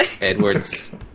Edward's